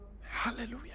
Hallelujah